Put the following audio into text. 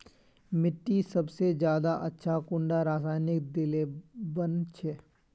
मिट्टी सबसे ज्यादा अच्छा कुंडा रासायनिक दिले बन छै?